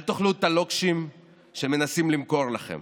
אל תאכלו את הלוקשים שמנסים למכור לכם.